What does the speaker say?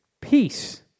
peace